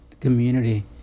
community